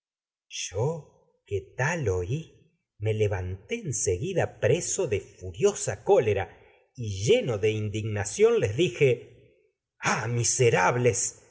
yo que tal oí me levanté en segui preso da de furiosa cólera es y lleno os de indignación les dije ah miserables